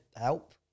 help